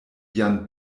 jan